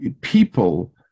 people